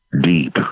deep